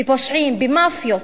בפושעים במאפיות,